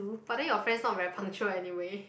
but then your friends not very punctual anyway